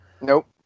Nope